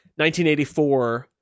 1984